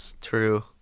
True